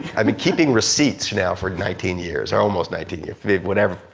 i've been keeping receipts now for nineteen years, or almost nineteen years, whatever,